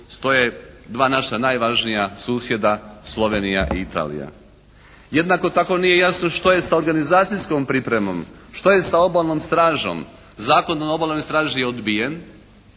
stoje dva naša najvažnija susjeda Slovenija i Italija. Jednako tako nije jasno što je sa organizacijskom pripremom, što je sa obalnom stražom. Zakon o obalnoj straži je odbijen